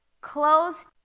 close